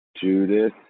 Judith